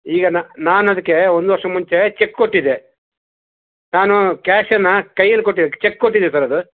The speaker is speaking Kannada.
ಈಗ ನಾನು ಅದಕ್ಕೆ ಒಂದು ವರ್ಷದ ಮುಂಚೆ ಚೆಕ್ ಕೊಟ್ಟಿದ್ದೆ ನಾನು ಕ್ಯಾಶನ್ನು ಕೈಯಲ್ಲಿ ಕೊಟ್ಟಿದ್ದೆ ಚೆಕ್ ಕೊಟ್ಟಿದ್ದೆ ಸರ್ ಅದು